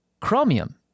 Chromium